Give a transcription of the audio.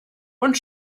und